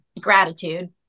Gratitude